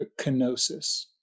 kenosis